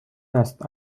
است